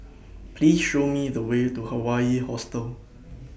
Please Show Me The Way to Hawaii Hostel